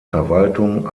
verwaltung